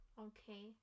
Okay